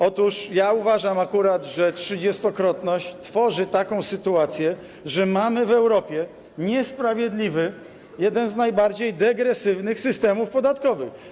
Otóż, ja uważam akurat, że 30-krotność tworzy taką sytuację, że mamy w Europie niesprawiedliwy, jeden z najbardziej degresywnych systemów podatkowych.